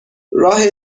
راه